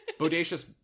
bodacious